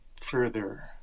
further